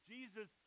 Jesus